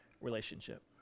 relationship